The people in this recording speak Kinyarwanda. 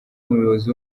umuyobozi